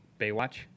Baywatch